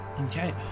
Okay